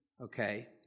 Okay